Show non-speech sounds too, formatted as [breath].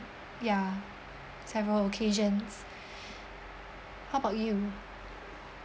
ya several occasions [breath] how about you